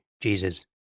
Jesus